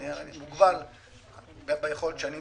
אני מוגבל ביכולת שלי.